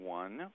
one